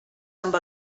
amb